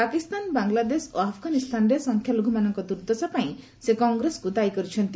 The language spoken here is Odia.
ପାକିସ୍ତାନ ବାଂଲାଦେଶ ଓ ଆଫଗାନିସ୍ତାନରେ ସଂଖ୍ୟାଲଘ୍ରମାନଙ୍କ ଦୂର୍ଦ୍ଦଶା ପାଇଁ ସେ କଂଗ୍ରେସକ୍ତ ଦାୟୀ କରିଛନ୍ତି